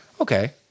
Okay